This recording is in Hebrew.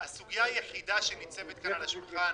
הסוגיה היחידה שניצבת כאן על השולחן,